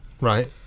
Right